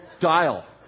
dial